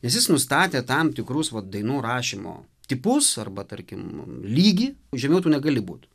nes jis nustatė tam tikrus vat dainų rašymo tipus arba tarkim lygį žymiau tu negali būt